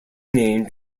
named